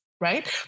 right